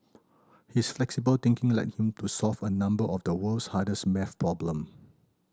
his flexible thinking led him to solve a number of the world's hardest maths problem